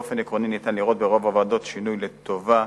באופן עקרוני ניתן לראות ברוב הוועדות שינוי לטובה,